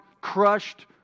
crushed